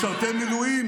מלגות למשרתי מילואים,